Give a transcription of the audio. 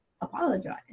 apologize